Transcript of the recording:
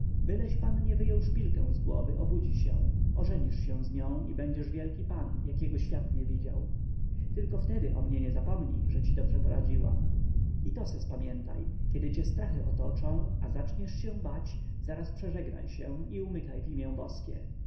otchłań byleś pannie wyjął szpilkę z głowy obudzi się ożenisz się z nią i będziesz wielki pan jakiego świat nie widział tylko wtedy o mnie nie zapomnij że ci dobrze poradziłam i to se spamiętaj kiedy cię strachy otoczą a zaczniesz się bać zaraz przeżegnaj się i umykaj w imię boskie